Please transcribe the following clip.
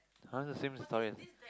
!huh! is the same story